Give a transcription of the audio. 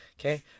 Okay